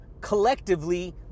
collectively